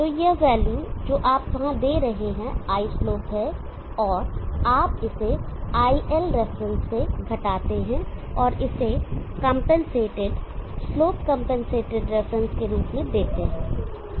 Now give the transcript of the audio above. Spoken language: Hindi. तो यह वैल्यू जो आप वहां दे रहे हैं islope है और आप इसे iLref से घटाते हैं और इसे कंपनसेटेड स्लोप कंपनसेटेड रेफरेंस के रूप में देते हैं